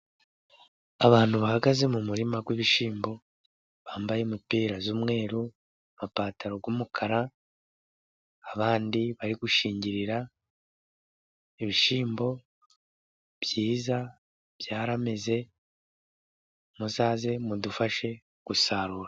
Abantu bahagaze mu murima w'ibishyimbo, bambaye umipira z'umweru, amapantaro y' umukara, abandi bari gushingirira ibishyimbo byiza, byarameze muzaze mudufashe gusarura.